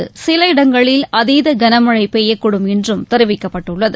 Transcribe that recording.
சில இடங்களில் அதீத கனமழை பெய்யக்கூடும் என்றும் தெரிவிக்கப்பட்டுள்ளது